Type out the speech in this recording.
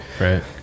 Right